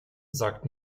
sagt